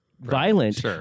violent